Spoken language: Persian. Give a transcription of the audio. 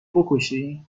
بکشی